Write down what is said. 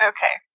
Okay